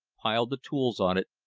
piled the tools on it,